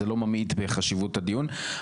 זה לא ממעיט מחשיבות הדיון.